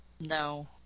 No